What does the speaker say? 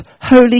Holy